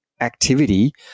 activity